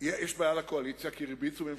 יש בעיה לקואליציה כי הם "הרביצו"